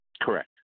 Correct